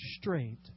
straight